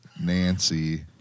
Nancy